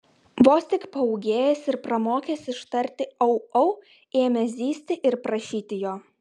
vos tik paūgėjęs ir pramokęs ištarti au au ėmė zyzti ir prašyti jo